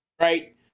Right